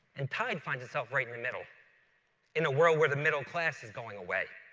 and tide finds itself right in the middle in a world where the middle class is going away.